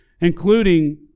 including